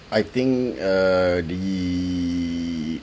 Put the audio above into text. I think uh the